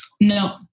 No